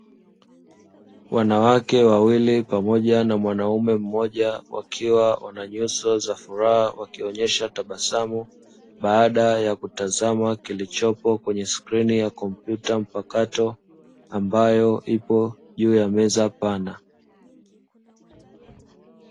Wanawake wawili pamoja na mwanaume mmoja, wakiwa wana nyuso za furaha wakionyesha tabasamu baada ya kutazama kilichopo kwenye skrini ya kompyuta mpakato, ambayo ipo juu ya meza pana.